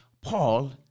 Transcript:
Paul